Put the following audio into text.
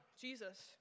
Jesus